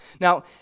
Now